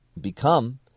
become